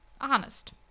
honest